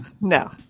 No